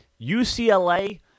UCLA